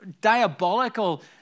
diabolical